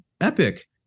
epic